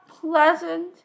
pleasant